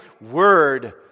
Word